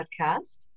podcast